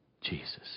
Jesus